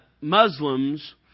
Muslims